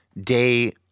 day